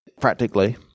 practically